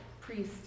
priest